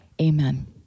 Amen